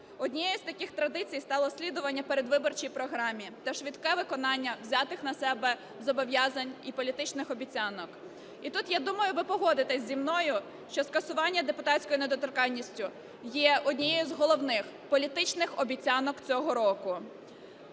Однією з таких традицій стало слідування передвиборчій програмі та швидке виконання взятих на себе зобов'язань і політичних обіцянок. І тут, я думаю, ви погодитеся зі мною, що скасування депутатської недоторканності є однією з головних політичних обіцянок цього року,